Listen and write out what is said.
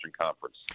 conference